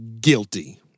Guilty